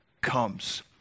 comes